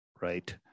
right